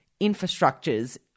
infrastructures